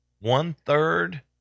One-third